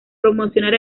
promocionar